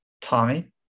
Tommy